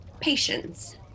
patience